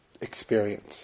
experience